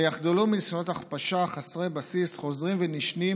שיחדלו מניסיונות הכפשה חסרי בסיס חוזרים ונשנים